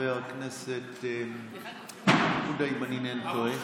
וחבר הכנסת עודה, אם אינני טועה,